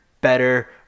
better